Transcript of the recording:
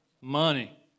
Money